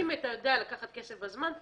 אם אתה יודע לקחת כסף בזמן,